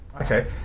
okay